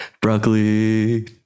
broccoli